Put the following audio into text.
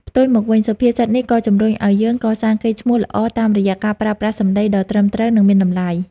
ផ្ទុយមកវិញ សុភាសិតនេះក៏ជំរុញឱ្យយើង កសាងកេរ្តិ៍ឈ្មោះល្អតាមរយៈការប្រើប្រាស់សម្ដីដ៏ត្រឹមត្រូវ និងមានតម្លៃ។